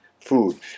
food